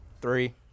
three